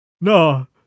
No